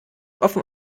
offen